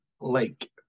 Lake